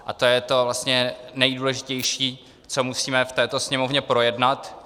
A to je to vlastně nejdůležitější, co musíme v této Sněmovně projednat.